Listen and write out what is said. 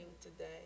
today